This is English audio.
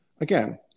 Again